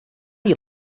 you